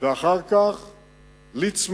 אחר כך ליצמן,